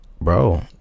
Bro